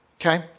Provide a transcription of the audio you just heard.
Okay